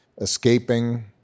escaping